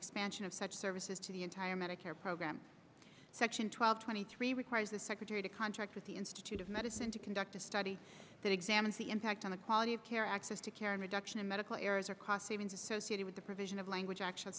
expansion of such services to the entire medicare program section twelve twenty three requires the secretary to contract with the institute of medicine to conduct a study that examines the impact on the quality of care access to care and reduction in medical errors or cost savings associated with the provision of language actual